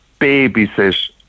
babysit